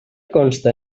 conste